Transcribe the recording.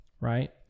right